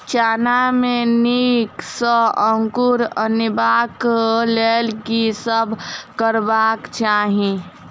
चना मे नीक सँ अंकुर अनेबाक लेल की सब करबाक चाहि?